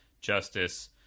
justice